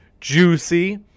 Juicy